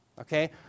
Okay